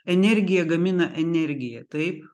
energija gamina energiją taip